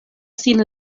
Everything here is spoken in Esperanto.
sin